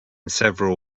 several